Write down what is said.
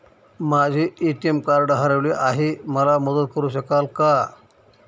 माझे ATM card हरवले आहे, मला मदत करु शकाल का?